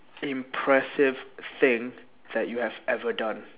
impressive thing that you have ever done